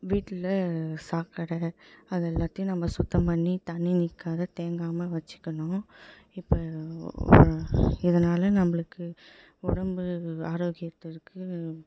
வீட்டில் சாக்கடை அது எல்லாத்தையும் நம்ம சுத்தம் பண்ணி தண்ணி நிற்காத தேங்காமல் வச்சுக்கணும் இப்போ இதனால் நம்பளுக்கு உடம்பு ஆரோக்கியத்திற்கு